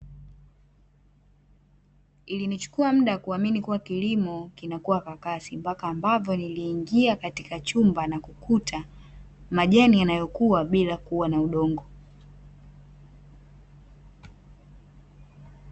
Ilinichukuwa muda kuamini kuwa kilimo kinakuwa kwa kasi, mpaka ambavyo niliingia katika chumba na kukuta majani yanayokuwa bila kuwa udongo.